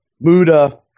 Muda